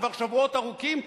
כבר שבועות ארוכים,